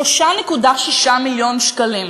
3.6 מיליון שקלים.